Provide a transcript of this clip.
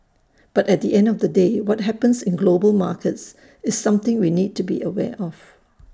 but at the end of the day what happens in global markets is something we need to be aware of